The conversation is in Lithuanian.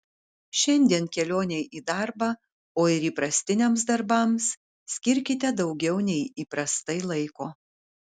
šiandien kelionei į darbą o ir įprastiniams darbams skirkite daugiau nei įprastai laiko